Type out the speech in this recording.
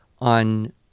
on